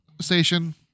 station